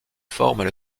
forment